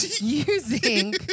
using